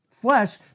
flesh